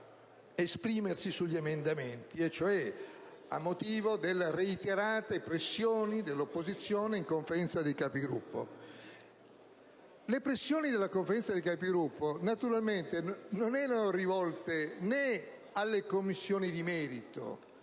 esprimersi sugli emendamenti, e cioè a motivo delle reiterate pressioni dell'opposizione in Conferenza dei Capigruppo. Le pressioni dell'opposizione in Conferenza però non erano rivolte né alle Commissioni di merito